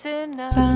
enough